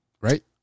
Right